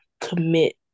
commit